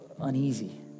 uneasy